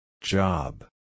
Job